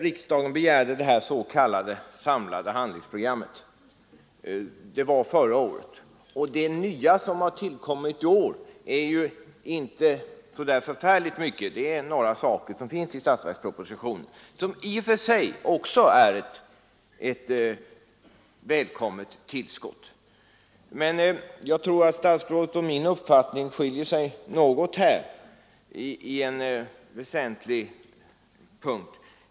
Riksdagen begärde emellertid förra året det s.k. samlade handlingsprogrammet, och det nya som har tillkommit i år är inte så förfärligt mycket, även om det finns några saker i statsverkspropositionen som i och för sig också är ett välkommet tillskott. Statsrådets uppfattning och min skiljer sig tydligen något på en väsentlig punkt.